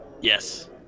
Yes